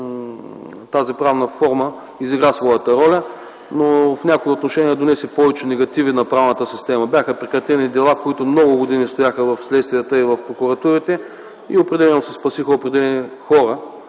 тази правна форма изигра своята роля, но в някои отношения донесе повече негативи на правната система. Бяха прекратени дела, които много години стояха в следствията и в прокуратурите и определени хора се спасиха от наказателна